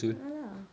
a'ah lah